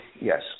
Yes